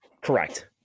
Correct